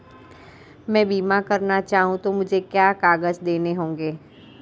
मैं बीमा करना चाहूं तो मुझे क्या क्या कागज़ देने होंगे?